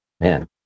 Man